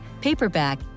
paperback